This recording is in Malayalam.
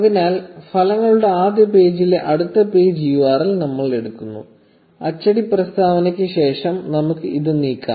അതിനാൽ ഫലങ്ങളുടെ ആദ്യ പേജിലെ അടുത്ത പേജ് URL നമ്മൾ എടുക്കുന്നു അച്ചടി പ്രസ്താവനയ്ക്ക് ശേഷം നമുക്ക് ഇത് നീക്കാം